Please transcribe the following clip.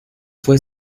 fue